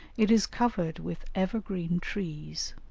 it is covered with evergreen trees,